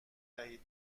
دهید